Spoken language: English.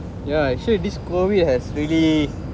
yeah actually this C_O_V_I_D has really